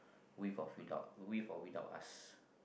with or without with or without us